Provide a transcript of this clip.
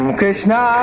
Krishna